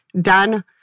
Done